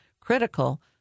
critical